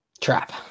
Trap